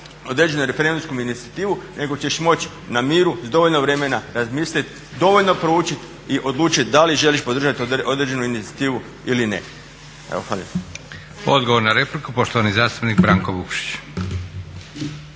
određenu referendumsku inicijativu nego ćeš moći na miru, s dovoljno vremena razmislit, dovoljno proučit i odlučit da li želiš podržat određenu inicijativu ili ne. Hvala lijepa. **Leko, Josip (SDP)** Odgovor na repliku poštovani zastupnik Branko Vukšić.